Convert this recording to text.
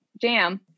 jam